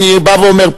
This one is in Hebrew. אני בא ואומר,